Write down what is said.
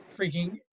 freaking